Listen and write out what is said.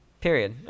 period